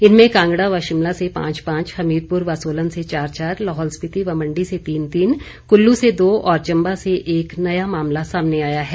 इनमें कांगड़ा व शिमला से पांच पांच हमीरपूर व सोलन से चार चार लाहौल स्पिति व मण्डी से तीन तीन कल्लू से दो और चंबा से एक नया मामला सामने आया है